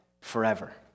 forever